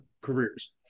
careers